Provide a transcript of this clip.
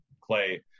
Clay –